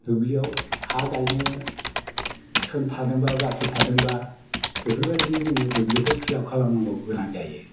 दुब्लियाव हा गायनो सोन थादोंब्ला बाखि थादोंबा बेफोरबायदि जोङो दुब्लिखौ फिलआप खालामनांगौ गोनां जायो